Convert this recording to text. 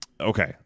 Okay